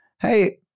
hey